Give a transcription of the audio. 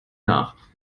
nach